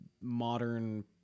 modern